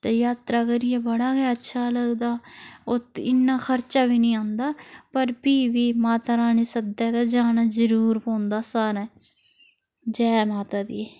ते जात्तरा करियै बड़ा गै अच्छा लगदा उत्त इन्न खरचा बी नी औंदा पर फ्ही बी माता रानी सद्दै ते जाना जरूर पौंदा सारें जै माता दी